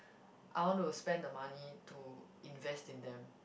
I want to spend the money to invest in them